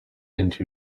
into